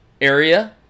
area